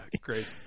great